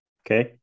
okay